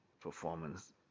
performance